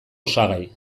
osagai